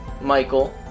Michael